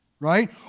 Right